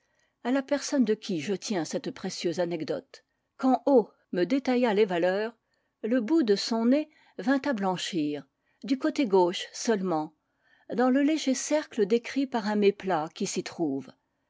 à la personne de qui je tiens cette précieuse anecdote quand o me détailla les valeurs le bout de son nez vint à blanchir du côté gauche seulement dans le léger cercle décrit par un méplat qui s'y trouve